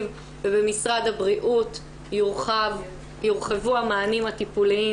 ובמשרד הבריאות יורחבו המענים הטיפוליים